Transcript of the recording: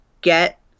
get